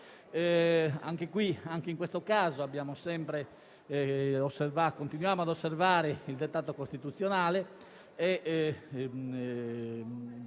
Grazie